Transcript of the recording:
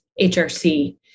HRC